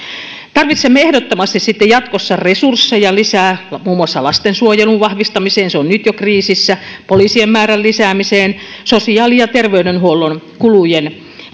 tarvitsemme ehdottomasti jatkossa resursseja lisää muun muassa lastensuojelun vahvistamiseen se on nyt jo kriisissä poliisien määrän lisäämiseen sosiaali ja terveydenhuollon kulujen